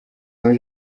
muri